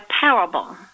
parable